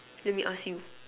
let me ask you